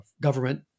government